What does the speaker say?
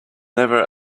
never